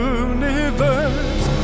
universe